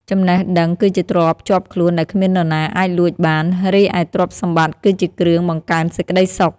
ចំណេះដឹងគឺជាទ្រព្យជាប់ខ្លួនដែលគ្មាននរណាអាចលួចបាន រីឯទ្រព្យសម្បត្តិគឺជាគ្រឿងបង្កើនសេចក្តីសុខ។